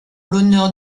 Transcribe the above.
l’honneur